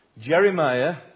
Jeremiah